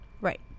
right